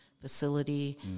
facility